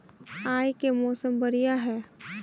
आय के मौसम बढ़िया है?